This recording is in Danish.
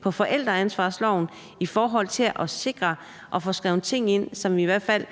på forældreansvarsloven i forhold til at få skrevet ting ind i loven, som i hvert fald